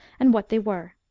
and what they were.